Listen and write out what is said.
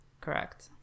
Correct